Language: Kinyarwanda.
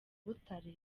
butare